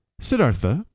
Siddhartha